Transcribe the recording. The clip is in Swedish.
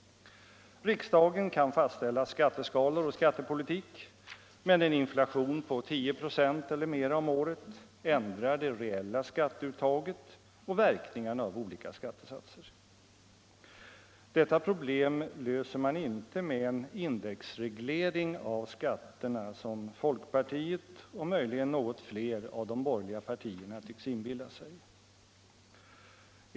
Riksdagen kan fastställa skatteskalor och skattepolitik, men en inflation på 10 96 eller mera om året ändrar det reella skatteuttaget och verkningarna av olika skattesatser. Detta problem löser man inte med en indexreglering av skatterna, som folkpartiet och möjligen ytterligare något av de borgerliga partierna tycks inbilla sig.